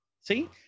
See